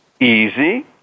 easy